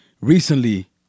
recently